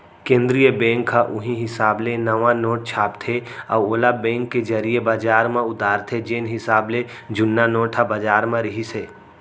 केंद्रीय बेंक ह उहीं हिसाब ले नवा नोट छापथे अउ ओला बेंक के जरिए बजार म उतारथे जेन हिसाब ले जुन्ना नोट ह बजार म रिहिस हे